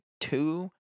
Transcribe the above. two